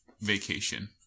vacation